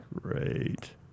Great